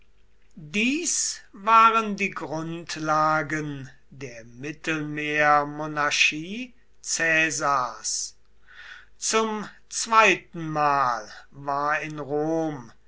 dies waren die grundlagen der mittelmeermonarchie caesars zum zweitenmal war in rom